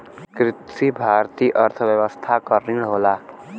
कृषि भारतीय अर्थव्यवस्था क रीढ़ होला